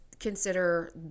Consider